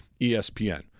ESPN